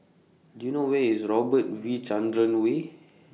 Do YOU know Where IS Robert V Chandran Way